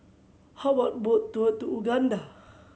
how about boat tour Uganda